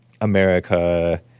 America